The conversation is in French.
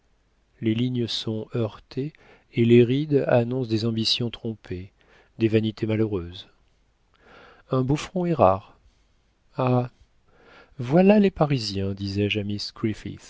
les lignes sont heurtées et les rides annoncent des ambitions trompées des vanités malheureuses un beau front est rare ah voilà les parisiens disais-je